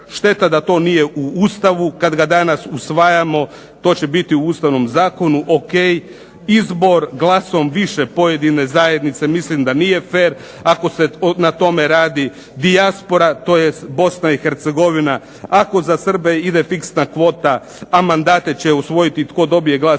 Šteta da to nije u Ustavu kad ga danas usvajamo. To će biti u ustavnom zakonu, ok. Izbor glasom više pojedine zajednice mislim da nije fer, ako se na tome radi, dijaspora tj. BiH, ako za Srbe ide fiksna kvota, a mandate će usvojiti tko dobije glas